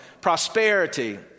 prosperity